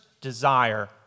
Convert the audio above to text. desire